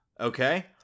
Okay